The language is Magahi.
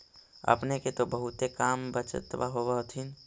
अपने के तो बहुते कम बचतबा होब होथिं?